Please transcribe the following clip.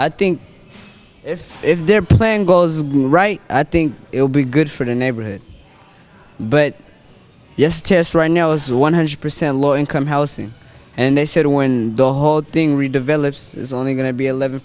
i think if if they're playing goes right i think it will be good for the neighborhood but yes just right now it's one hundred percent low income housing and they said when the whole thing re develops is only going to be eleven